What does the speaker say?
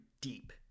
deep